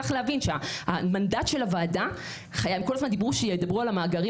הם כל הזמן דיברו שידברו על המאגרים